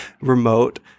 remote